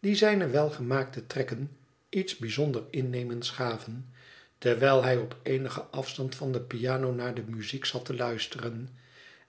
die zijne welgemaakte trekken iets bijzonder innemends gaven terwijl hij op eenigen afstand van de piano naar de muziek zat te luisteren